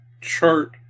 chart